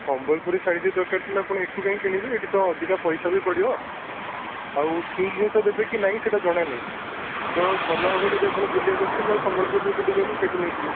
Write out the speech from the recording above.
ସମ୍ବଲପୁରୀ ଶାଢ଼ୀ ଯଦି ଦରକାର ଥିଲା ଆପଣ ଏଇଠୁ କାଇଁ କିଣିବେ ଏଇଠି ତ ଅଧିକା ପଇସା ବି ପଡ଼ିବ ଆଉ ଠିକ୍ ଜିନିଷ ଦେବେ କି ନାହିଁ ସେଇଟା ଜଣା ନାହିଁ ତ ଭଲ ହେବ ଯଦି ଆପଣ ବୁଲିବାକୁ ଆସିଛନ୍ତି ତା'ହେଲେ ସମ୍ବଲପୁର ବୁଲି ଯାଆନ୍ତୁ ସେଇଠୁ ନେଇଯିବେ